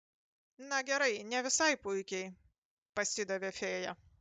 na gerai ne visai puikiai pasidavė fėja